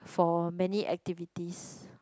for many activities